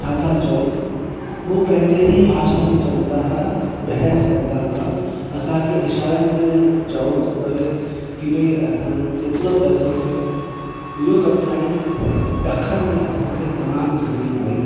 छा ता चऊं उहे पंहिंजे ई भाषा में चवंदा हुआ बहस कंदा हुआ असांखे इशारनि में चवणो थो पए की भई असांजो केतिरो पैसो थियो इहो कठिनाई ॾखिण में असांखे तमामु घणी आई